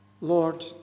Lord